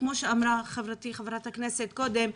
כמו שאמרה חברתי חברת הכנסת קודם,